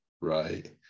Right